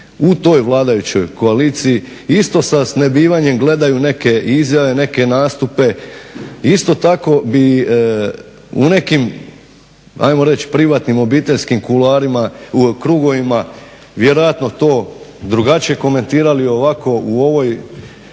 u toj vladajućoj koaliciji isto sa snebivanjem gledaju neke izjave, neke nastupe i isto tako bi u nekim ajmo reć' privatnim obiteljskim krugovima vjerojatno to drugačije komentirali, ovako u ovoj